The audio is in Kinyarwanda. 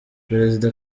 perezida